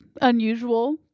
unusual